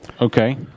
Okay